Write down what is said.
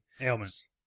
Ailments